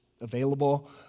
available